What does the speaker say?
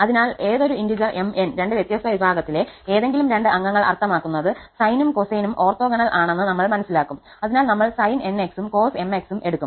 അതിനാൽ ഏതൊരു ഇന്റിജെർ 𝑚 𝑛രണ്ട് വ്യത്യസ്ത വിഭാഗത്തിലെ ഏതെങ്കിലും രണ്ട് അംഗങ്ങൾ അർത്ഥമാക്കുന്നത് സൈനും കോസൈനും ഓർത്തോഗണൽ ആണെന്ന് നമ്മൾ മനസിലാക്കും അതിനാൽ നമ്മൾ sin 𝑛𝑥 ഉം cos 𝑚𝑥 ഉം എടുക്കും